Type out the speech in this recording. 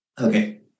Okay